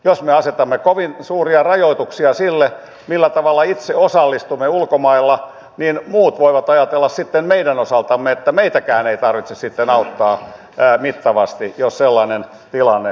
jos me asetamme kovin suuria rajoituksia sille millä tavalla itse osallistumme ulkomailla niin muut voivat ajatella sitten meidän osaltamme että meitäkään ei tarvitse sitten auttaa mittavasti jos sellainen tilanne syntyy